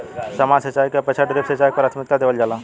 सामान्य सिंचाई के अपेक्षा ड्रिप सिंचाई के प्राथमिकता देवल जाला